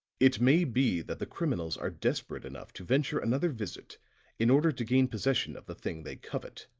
it may be that the criminals are desperate enough to venture another visit in order to gain possession of the thing they covet.